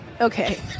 Okay